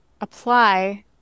apply